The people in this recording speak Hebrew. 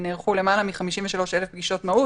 נערכו למעלה מ-53,000 פגישות מהות